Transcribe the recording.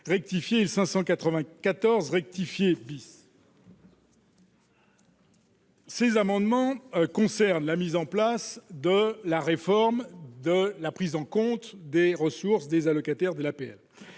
rectifié et 594 rectifié. Ces amendements concernent la mise en place de la réforme de la prise en compte des ressources des allocataires de l'APL